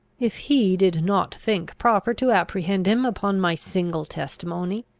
if he did not think proper to apprehend him upon my single testimony,